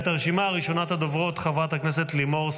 הנושא הראשון שעל סדר-היום,